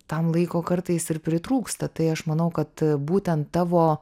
tam laiko kartais ir pritrūksta tai aš manau kad būtent tavo